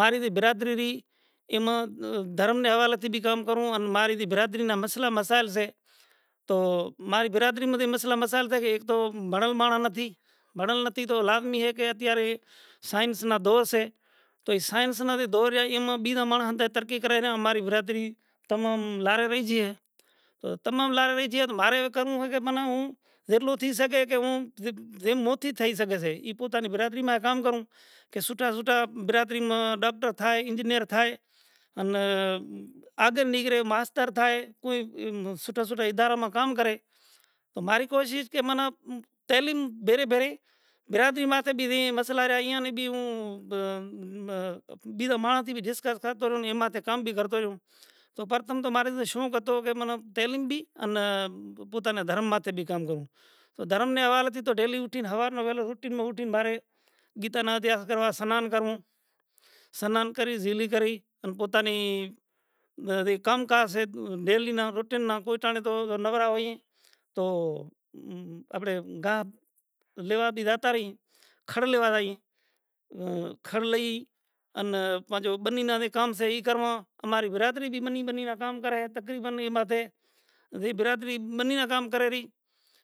ماری رے برادری ری ایما دھرم نے ھوالے تھے بھی کام کروں ان ماری بھی برادری نا مسئلہ مسائل سے تو ماری برادری میں مسئلہ مسائل اک تو بھنڑل مارا نتھی۔ بھنڑل نتھی تو لازمی ھے کہ اتیارے سائنس نا دور سے۔ تو سائنس نو جو دور سے اینا بجا ماھڑں ترقی کری ریا اماری برادری تمم لارے رہی جی ھے۔ اوں تمم لارے رہی جی ھے کہ مارے ھے کرووں ھے کہ منا ھوں جیٹلو تھی سکے کہ موں جیم موں تھی تھئی سکے سے ای پوتا نی برادی ما کام کروں کہ سوٹھا سوٹھا برادری ما ڈاکڑ تھائے اینجینئر تھائے انا آگڑ نکلے ماستر تھائے کوئی سوٹھا سوٹھا ادارہ ما کام کرے تو ماری کوشش کہ من ٹیلنگ بھیرے بھیرے۔ برادری ماتھے بھی رہیئے ایاں بھی تو موں بیجا مانڑس سے بھی ڈیسکس کرتو رہوں نے اینا بھی کام کرتو رھوں۔ تو پرتم تو مارے تے شوق ھتو کہ من ٹیلنگ بھی انا پوتا نا دھرم ماٹے بھی کام کروں تو دھرم نے ھوالے تے ڈیلی اُٹھین ھوار روٹین ما اُٹھین مارے گیتا نا ادھیاس کروا سنان کرووں۔ سنان کری زیلی کری آں پوتا نی ارے کام کار سے ڈیلی نا روٹین نا۔ کوئی داڑے تو نوڑا ہوئیے تو اپڑے گاب لیوا بھی جاتا رہیئے۔ کھڑ لیوا جائیے۔ اں کھڑ لئی انا پنجھو بننی نادے کام صحیح کرواں۔ اماری برادی بھی بننی بننی نا کام کرے ھے تقریباً اے مادھے ای برادری بننی نا کام کرے رہی